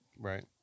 Right